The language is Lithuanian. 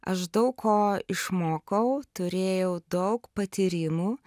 aš daug ko išmokau turėjau daug patyrimų